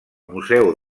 museu